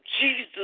Jesus